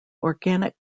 organic